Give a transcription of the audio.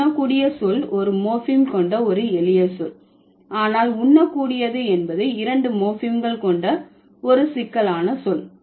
உண்ணக்கூடிய சொல் ஒரு மோர்பீம் கொண்ட ஒரு எளிய சொல் ஆனால் உண்ணக்கூடியது என்பது இரண்டு மோர்ப்பிம்கள் கொண்ட ஒரு சிக்கலான சொல்